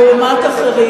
לעומת אחרים,